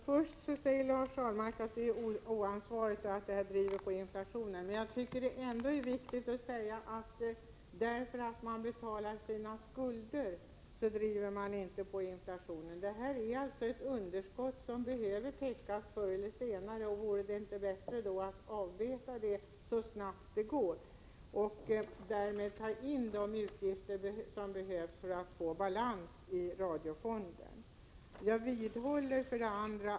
Fru talman! Lars Ahlmark säger att det vi föreslår är oansvarigt och att det driver på inflationen. Men man driver ju inte på inflationen bara för att man betalar sina skulder. Det är alltså fråga om ett underskott som förr eller senare behöver täckas. Vore det inte bättre att beta av detta så snabbt som det går genom att ta ut de avgifter som behövs för att få balans i radiofonden?